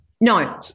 No